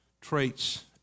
traits